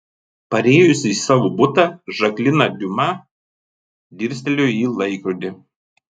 parėjusi į savo butą žaklina diuma dirstelėjo į laikrodį